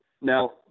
Now